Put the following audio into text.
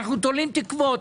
אנחנו תולים תקוות.